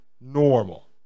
normal